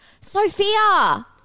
Sophia